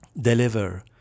deliver